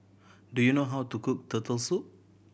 do you know how to cook Turtle Soup